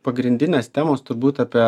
pagrindinės temos turbūt apie